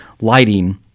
lighting